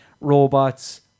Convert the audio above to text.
robots